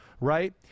right